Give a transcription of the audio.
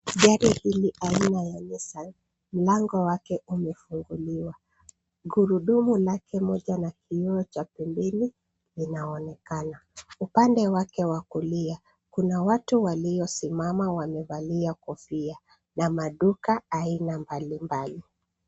Gari hili aina ya Nissan, mlango wake limefunguliwa. Gurudumu lake moja na kioo cha pembeni inaonekana. Upande wake wa kulia kuna watu walio simama wamevalia kofia na maduka aina mbali mbali.